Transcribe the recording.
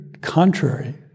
contrary